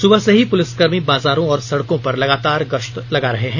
सुबह से ही पुलिसकर्मी बाजारों और सड़कों पर लगातार गश्त लगा रहे हैं